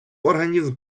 організм